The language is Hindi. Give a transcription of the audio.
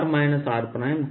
r r